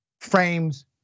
frames